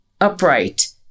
upright